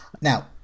Now